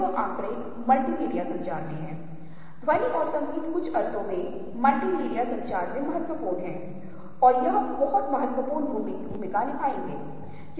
तो हम frame frame के भीतर फ्रेम करते रहते हैं और किसी चीज पर ध्यान केंद्रित करने फ्रेम करने या उपयोग करने की अनुभूति के संदर्भ में एक बहुत ही दिलचस्प उपकरण है जिसका हम उपयोग करते हैं